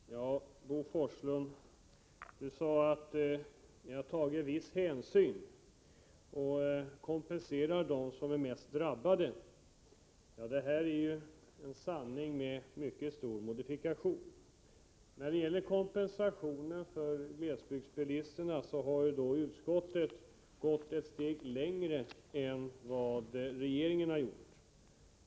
Fru talman! Bo Forslund sade att socialdemokraterna har tagit vissa hänsyn och kompenserar dem som är mest drabbade. Det är en sanning med mycket stor modifikation. När det gäller kompensationen för glesbygdsbilisterna har utskottet gått ett steg längre än vad regeringen har gjort.